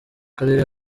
karere